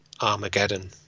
Armageddon